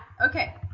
okay